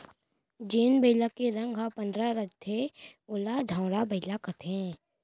जेन बइला के रंग ह पंडरा रहिथे ओला धंवरा बइला कथें